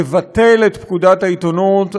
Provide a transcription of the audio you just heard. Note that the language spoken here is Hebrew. לבטל את פקודת העיתונות,